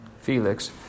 Felix